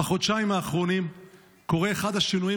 בחודשיים האחרונים קורה אחד השינויים